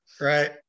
Right